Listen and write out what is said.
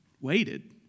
waited